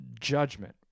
judgment